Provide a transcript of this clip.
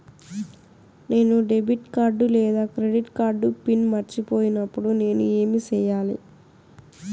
నేను debit card లేదా credit card PIN మర్చిపోయినప్పుడు నేను ఏమి సెయ్యాలి?